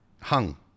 hung